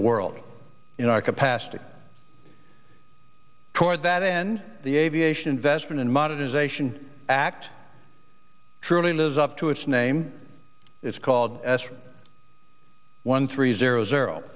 the world in our capacity toward that end the aviation investment and modernization act truly lives up to its name it's called one three zero zero